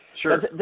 Sure